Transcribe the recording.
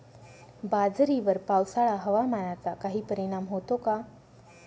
बाजरीवर पावसाळा हवामानाचा काही परिणाम होतो का?